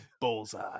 bullseye